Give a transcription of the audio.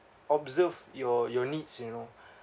observe your your needs you know